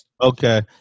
Okay